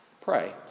Pray